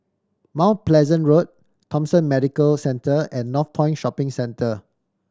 Mount Pleasant Road Thomson Medical Centre and Northpoint Shopping Centre